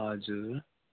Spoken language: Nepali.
हजुर